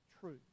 truth